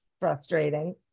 Frustrating